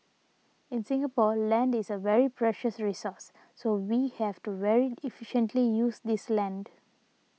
in Singapore land is a very precious resource so we have to very efficiently use this land